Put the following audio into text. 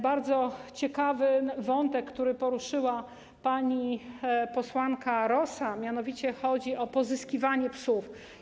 Bardzo ciekawy wątek poruszyła pani posłanka Rosa, mianowicie chodzi o pozyskiwanie psów.